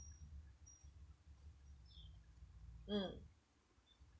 mm